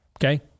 Okay